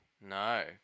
No